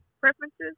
preferences